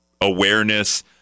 awareness